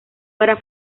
para